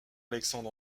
alexandre